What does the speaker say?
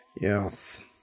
Yes